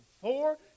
four